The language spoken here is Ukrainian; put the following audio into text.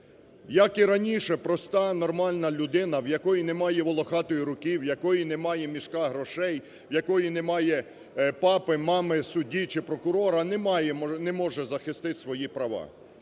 Як і раніше, проста нормальна людина, в якої немає "волохатої руки", в якої немає мішка грошей, в якої немає папи, мами судді чи прокурора, не може захистити свої права.